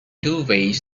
duvets